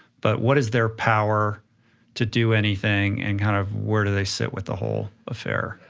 but what is their power to do anything and kind of where do they sit with the whole affair?